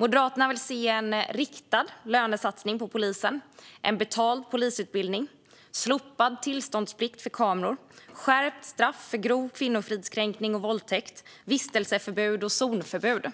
Moderaterna vill se en riktad lönesatsning på polisen, en betald polisutbildning, slopad tillståndsplikt för kameror, skärpt straff för grov kvinnofridskränkning och våldtäkt samt vistelseförbud och zonförbud.